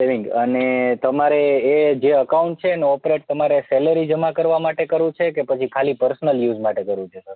saving અને તમારે એ જે અકાઉંટ છે એનું ઓપરેટ તમારે સેલરી જમા કરવા માટે કરવું છે કે પછી ખાલી પર્સનલ યુઝ માટે કરવું છે સર